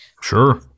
Sure